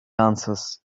answers